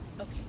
Okay